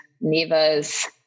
Neva's